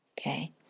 Okay